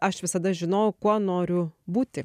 aš visada žinojau kuo noriu būti